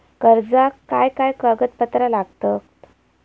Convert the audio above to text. कर्जाक काय काय कागदपत्रा लागतत?